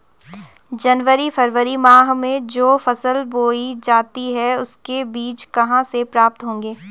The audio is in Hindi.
जनवरी फरवरी माह में जो फसल बोई जाती है उसके बीज कहाँ से प्राप्त होंगे?